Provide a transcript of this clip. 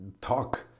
talk